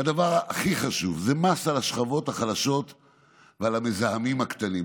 הדבר הכי חשוב: זה מס על השכבות החלשות ועל המזהמים הקטנים.